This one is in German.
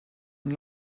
und